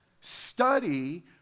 study